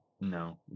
No